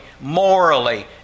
morally